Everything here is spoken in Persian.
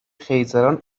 خیزران